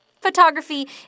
Photography